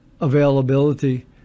availability